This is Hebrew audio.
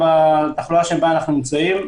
בתחלואה שבה אנחנו נמצאים,